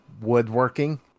woodworking